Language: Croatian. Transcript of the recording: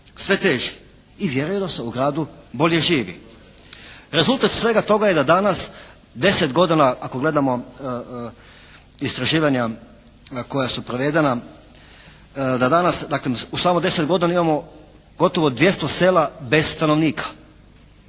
sve teži i vjeruju da se u gradu bolje živi. Rezultat svega toga je da danas deset godina ako gledamo istraživanja koja su provedena, da danas dakle u samo deset godina imamo gotovo 200 sela bez stanovnika.